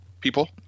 people